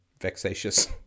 vexatious